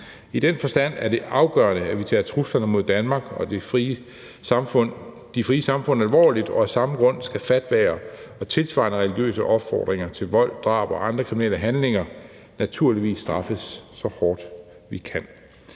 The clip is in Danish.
I den forstand er det afgørende, at vi tager truslerne mod Danmark og de frie samfund alvorligt, og af samme grund skal fatwaer og tilsvarende religiøse opfordringer til vold, drab og andre kriminelle handlinger naturligvis straffes så hårdt, vi kan